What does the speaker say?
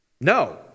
no